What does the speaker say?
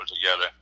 together